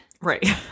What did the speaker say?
Right